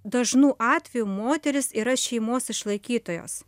dažnu atveju moterys yra šeimos išlaikytojos